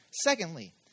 Secondly